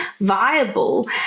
viable